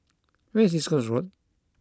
where is East Coast Road